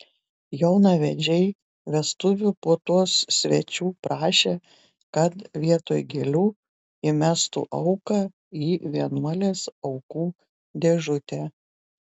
jaunavedžiai vestuvių puotos svečių prašė kad vietoj gėlių įmestų auką į vienuolės aukų dėžutę